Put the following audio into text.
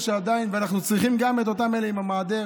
ואנחנו צריכים גם להגיד לאותם אלה עם המעדר